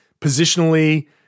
positionally